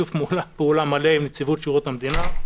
בשיתוף פעולה מלא עם נציבות שירות המדינה,